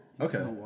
Okay